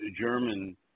German